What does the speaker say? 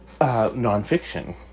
nonfiction